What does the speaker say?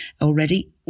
already